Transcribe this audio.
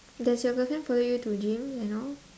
does your girlfriend follow you to gym and all